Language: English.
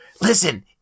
Listen